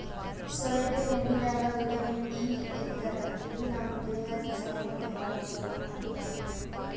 soybean ಎಣ್ಣಿದಾಗ್ vitamin E ಇರ್ತದ್ ಇದು ನಮ್ ದೇಹದ್ದ್ ಚರ್ಮಕ್ಕಾ ಭಾಳ್ ಛಲೋ ಅಂತಾರ್